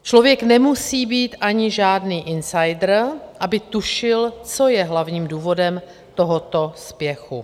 Člověk nemusí být ani žádný insider, aby tušil, co je hlavním důvodem tohoto spěchu.